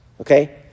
okay